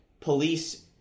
police